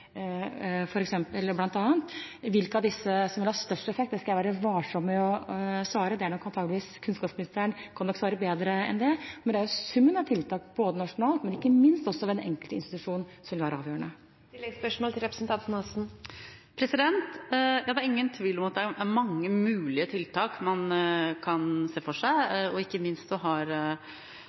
Hvilke av disse som vil ha størst effekt, skal jeg være varsom med å svare på – kunnskapsministeren kan nok svare bedre på det. Men det er summen av tiltak, både nasjonalt og ikke minst også ved den enkelte institusjon, som vil være avgjørende. Det er ingen tvil om at det er mange mulige tiltak man kan se for seg. Ikke minst har